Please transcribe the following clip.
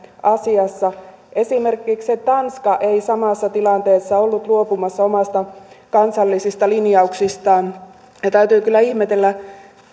asiassa esimerkiksi tanska ei samassa tilanteessa ollut luopumassa omista kansallisista linjauksistaan täytyy kyllä ihmetellä